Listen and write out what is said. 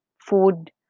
food